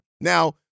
Now